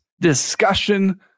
discussion